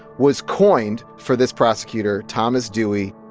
was coined for this prosecutor, thomas dewey.